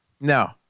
No